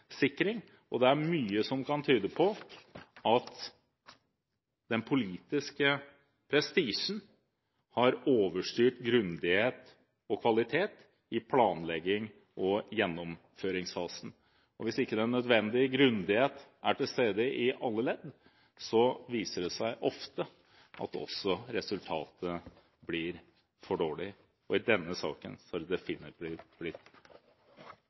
og det er mye som kan tyde på at den politiske prestisjen har overstyrt grundighet og kvalitet i planleggings- og gjennomføringsfasen. Hvis ikke den nødvendige grundighet er til stede i alle ledd, viser det seg ofte at også resultatet blir for dårlig – og i denne saken har det definitivt blitt ikke bare for dårlig, men det